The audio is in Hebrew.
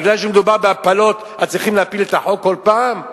משום שמדובר בהפלות אז צריך להפיל את החוק כל פעם?